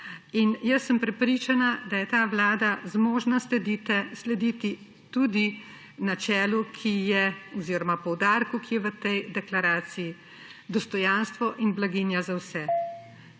in za delo. Prepričana sem, da je ta vlada zmožna slediti tudi načelu oziroma poudarku, ki je v tej deklaraciji – dostojanstvo in blaginja za vse.